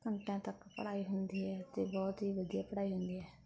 ਘੰਟਿਆਂ ਤੱਕ ਪੜ੍ਹਾਈ ਹੁੰਦੀ ਹੈ ਅਤੇ ਬਹੁਤ ਹੀ ਵਧੀਆ ਪੜ੍ਹਾਈ ਹੁੰਦੀ ਹੈ